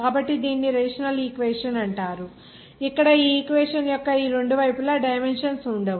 కాబట్టి దీనిని rational equation అంటారు ఇక్కడ ఈ ఈక్వేషన్ యొక్క రెండు వైపులా డైమెన్షన్స్ ఉండవు